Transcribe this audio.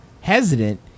hesitant